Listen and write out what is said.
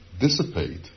dissipate